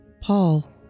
Paul